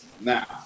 now